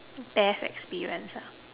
best experience ah